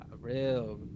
Real